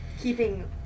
keeping